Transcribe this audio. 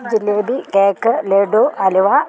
jalebi cake laddu അലുവ